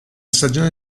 stagione